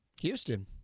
houston